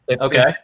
Okay